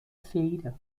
feira